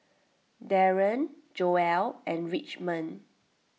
Daron Joell and Richmond